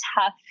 tough